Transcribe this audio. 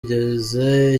wagize